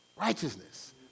Righteousness